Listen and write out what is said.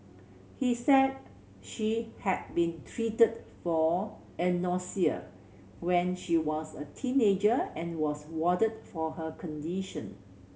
he said she had been treated for anorexia when she was a teenager and was warded for her condition